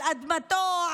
על אדמתו,